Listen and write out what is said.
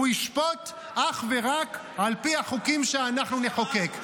הוא ישפוט אך ורק על פי החוקים שאנחנו נחוקק.